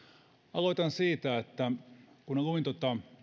aloitan siitä että kun luin tuota